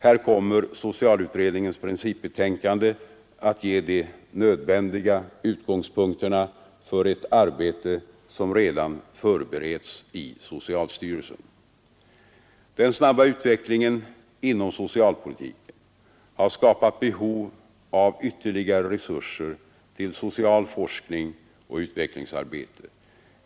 Här kommer socialutredningens principbetänkande att ge de nödvändiga utgångspunkterna för ett arbete som redan förbereds i socialstyrelsen. Den snabba utvecklingen inom socialpolitiken har skapat behov av ytterligare resurser till social forskning och utvecklingsarbete.